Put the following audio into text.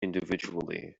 individually